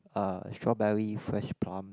uh strawberry fresh plum